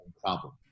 problem